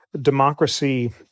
democracy